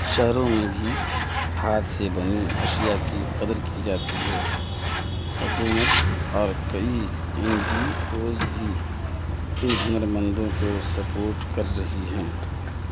شہروں میں بھی ہاتھ سے بنی اشیاء کی قدر کی جاتی ہے حکومت اور کئی این جی اوز بھی ان ہنر مندوں کو سپورٹ کر رہی ہیں